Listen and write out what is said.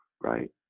right